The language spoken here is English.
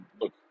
look